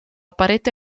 parete